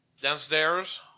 Downstairs